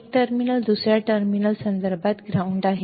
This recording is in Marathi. एक टर्मिनल दुसऱ्या टर्मिनल संदर्भात ग्राउंड आहे